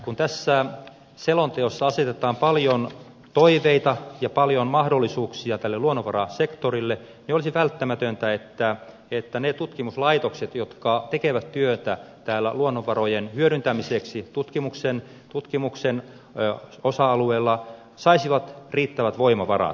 kun tässä selonteossa asetetaan paljon toiveita ja paljon mahdollisuuksia tälle luonnonvarasektorille niin olisi välttämätöntä että ne tutkimuslaitokset jotka tekevät työtä täällä tutkimuksen osa alueella luonnonvarojen hyödyntämiseksi saisivat riittävät voimavarat